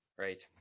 Right